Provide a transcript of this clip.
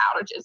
outages